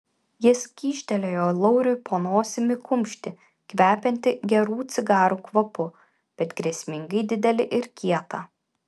jis kyštelėjo lauriui po nosimi kumštį kvepiantį gerų cigarų kvapu bet grėsmingai didelį ir kietą